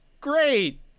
Great